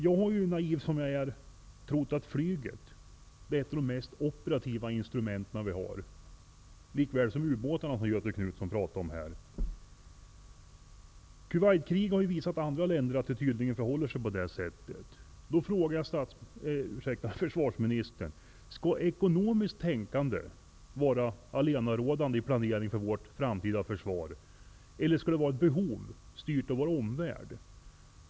Naiv som jag är har jag trott att flyget är ett av de mest operativa instrument som vi har, likaväl som ubåtarna, som Göthe Knutson talade om. Kuwaitkriget har ju i andra länder visat att det tydligen förhåller sig på det sättet. Jag frågar därför försvarsministern: Skall ekonomiskt tänkande vara allenarådande i planeringen av vårt framtida försvar, eller skall det avgörande vara behovet, som det styrs av utvecklingen i vår omvärld?